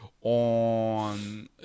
on